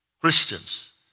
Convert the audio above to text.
Christians